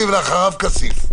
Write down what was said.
מלכיאלי ואחריו כסיף.